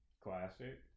Classic